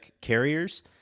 carriers